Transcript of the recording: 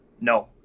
No